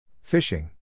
Fishing